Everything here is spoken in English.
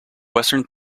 western